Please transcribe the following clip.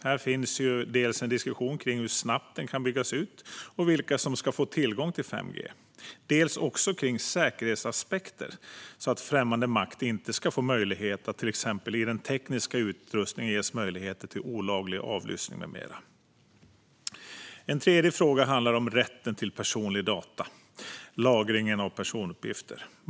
Här finns ju dels en diskussion om hur snabbt det kan byggas ut och om vilka som ska få tillgång till 5G, dels en diskussion om säkerhetsaspekter så att främmande makt inte - till exempel via den tekniska utrustningen - ska ges möjligheter till olaglig avlyssning med mera. En tredje fråga handlar om rätten till personliga data och lagringen av personuppgifter.